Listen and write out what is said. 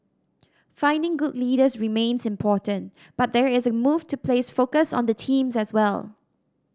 finding good leaders remains important but there is a move to place focus on the team as well